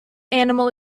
animal